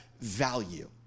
value